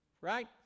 Right